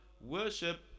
worship